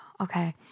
Okay